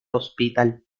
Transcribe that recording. hospital